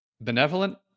benevolent